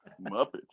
Muppets